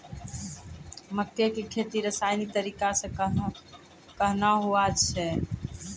मक्के की खेती रसायनिक तरीका से कहना हुआ छ?